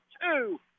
two